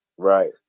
right